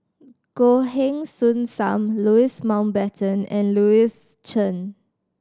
Goh Heng Soon Sam Louis Mountbatten and Louis Chen